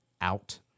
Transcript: out